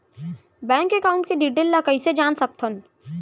Bank account के detail ल कइसे जान सकथन?